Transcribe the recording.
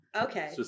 Okay